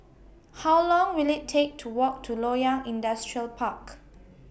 How Long Will IT Take to Walk to Loyang Industrial Park